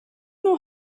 know